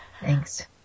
Thanks